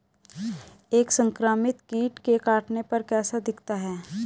एक संक्रमित कीट के काटने पर कैसा दिखता है?